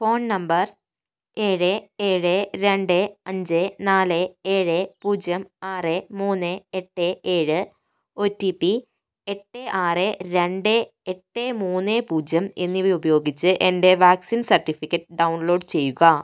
phone number ഏഴ് ഏഴ് രണ്ട് അഞ്ച് നാല് ഏഴ് പൂജ്യം ആറ് മൂന്ന് എട്ട് ഏഴ് ഒടിപി എട്ട് ആറ് രണ്ട് എട്ട് മൂന്ന് പൂജ്യം എന്നിവ ഉപയോഗിച്ച് എൻ്റെ വാക്സിൻ സർട്ടിഫിക്കറ്റ് ഡൗൺലോഡ് ചെയ്യുക